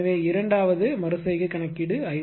எனவே இரண்டாவது மறு செய்கை கணக்கீடு I1